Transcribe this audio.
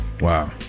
Wow